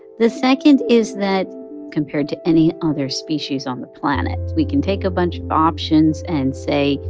the second is that compared to any other species on the planet, we can take a bunch of options and say,